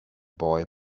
boy